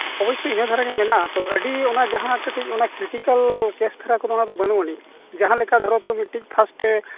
ᱚᱵᱚᱥᱥᱳᱭ ᱤᱱᱟᱹ ᱫᱷᱟᱨᱟ ᱜᱮ ᱢᱮᱱᱟᱜᱼᱟ ᱛᱚᱵᱮ ᱛᱳ ᱟᱹᱰᱤ ᱚᱱᱟ ᱡᱟᱦᱟᱸ ᱠᱟᱹᱴᱤᱡ ᱚᱱᱟ ᱠᱟᱹᱴᱤᱡ ᱠᱨᱤᱴᱤᱠᱮᱞ ᱠᱮᱹᱥ ᱫᱷᱟᱨᱟ ᱠᱚ ᱚᱱᱟᱫᱚ ᱵᱟᱹᱱᱩᱜ ᱟᱹᱱᱤᱡ ᱡᱟᱦᱟᱸ ᱞᱮᱠᱟ ᱢᱤᱫᱴᱮᱡ ᱫᱷᱚᱨᱚ ᱛᱚ ᱯᱷᱟᱥᱴᱮ